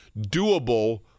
doable